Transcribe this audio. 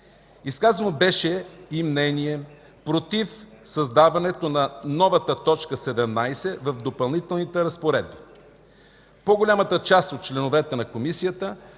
Изказано беше и мнение против създаването на новата т. 17 в Допълнителните разпоредби. По-голямата част от членовете на комисията